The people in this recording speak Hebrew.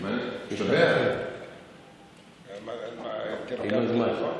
משתבח עם הזמן.